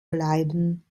bleiben